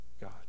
God